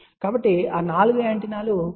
కాబట్టి ఆ 4 యాంటెనాలు ఇక్కడ ఉన్నాయి